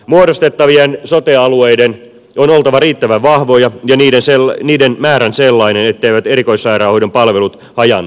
muodostettavien sote alueiden on oltava riittävän vahvoja ja niiden määrän sellainen etteivät erikoissairaanhoidon palvelut hajaannu liiaksi